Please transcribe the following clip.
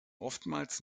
oftmals